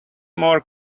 more